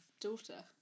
Daughter